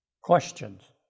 questions